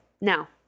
Now